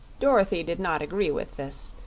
dorothy did not agree with this,